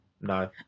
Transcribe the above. No